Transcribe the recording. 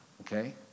okay